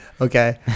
Okay